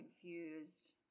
confused